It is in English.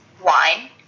wine